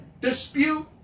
dispute